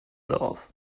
darauf